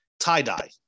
tie-dye